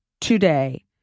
today